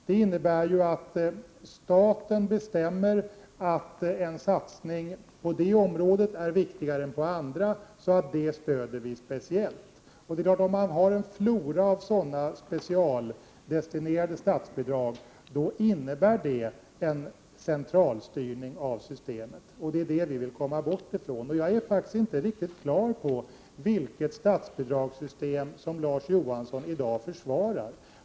Det innebär ju att staten bestämmer att en satsning på ett område är viktigare än satsningar på andra områden, och därför stöder man det speciellt. Om man har en flora av sådana specialdestinerade statsbidrag innebär det en centralstyrning av systemet, vilket vi vill komma bort från. Jag är faktiskt inte riktigt på det klara med vilket statsbidragssystem som Larz Johansson i dag försvarar.